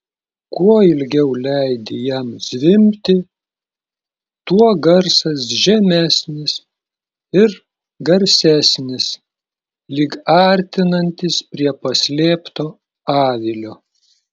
kuo ilgiau leidi jam zvimbti tuo garsas žemesnis ir garsesnis lyg artinantis prie paslėpto avilio